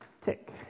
Tick